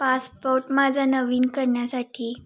passport माझा नवीन करण्यासाठी